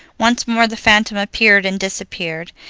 once more the phantom appeared and disappeared,